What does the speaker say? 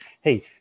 hey